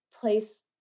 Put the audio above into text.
place